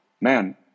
man